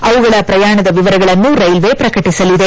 ಅವುಗಳ ಪ್ರಯಾಣದ ವಿವರಗಳನ್ನು ರೈಲ್ವೆ ಪ್ರಕಟಿಸಿದೆ